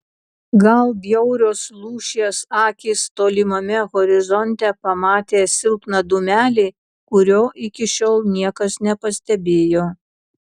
gal bjaurios lūšies akys tolimame horizonte pamatė silpną dūmelį kurio iki šiol niekas nepastebėjo